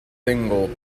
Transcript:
single